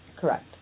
Correct